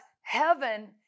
heaven